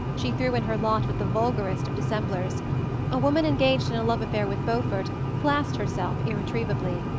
she threw in her lot with the vulgarest of dissemblers a woman engaged in a love affair with beaufort classed herself irretrievably.